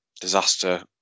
disaster